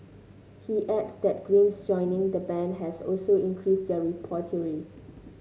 he adds that Green's joining the band has also increased their repertoire